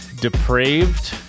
Depraved